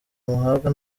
muhabwa